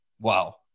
Wow